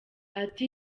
ati